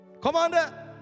commander